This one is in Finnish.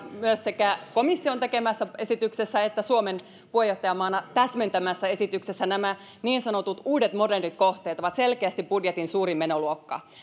sekä komission tekemässä esityksessä että suomen puheenjohtajamaana täsmentämässä esityksessä nämä niin sanotut uudet modernit kohteet ovat selkeästi budjetin suurin menoluokka